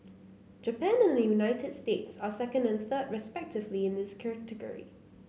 Japan and the United States are second and third respectively in this category